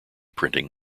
printing